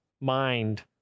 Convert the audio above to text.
mind